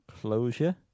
Closure